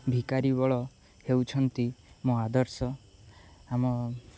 ଭିକାରୀ ବଳ ହେଉଛନ୍ତି ମୋ ଆଦର୍ଶ ଆମ